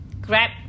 grab